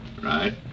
Right